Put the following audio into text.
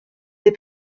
des